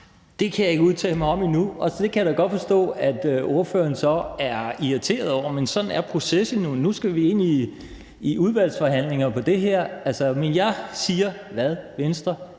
Det kan jeg ikke udtale mig om endnu, og det kan jeg da godt forstå at ordføreren så er irriteret over, men sådan er processen jo; nu skal vi ind i udvalgsforhandlinger om det her. Men jeg siger, hvad Venstre